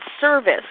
service